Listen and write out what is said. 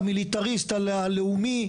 המיליטריסט הלאומי,